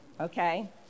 okay